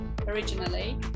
originally